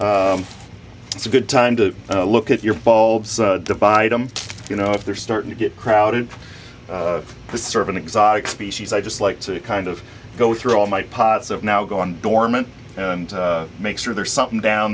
are it's a good time to look at your bulbs divide them you know if they're starting to get crowded to serve an exotic species i just like to kind of go through all my pots of now gone dormant and make sure there's something down